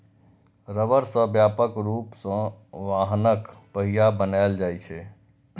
रबड़ सं व्यापक रूप सं वाहनक पहिया बनाएल जाइ छै